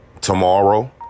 tomorrow